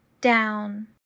down